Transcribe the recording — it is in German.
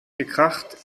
gekracht